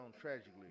tragically